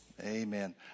Amen